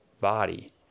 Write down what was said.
body